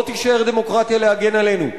לא תישאר דמוקרטיה להגן עלינו.